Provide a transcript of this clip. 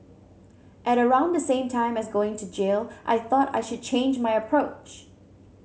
at around the same time as going to jail I thought I should change my approach